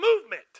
movement